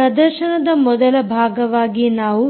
ಪ್ರದರ್ಶನದ ಮೊದಲ ಭಾಗವಾಗಿ ನಾವು